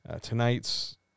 Tonight's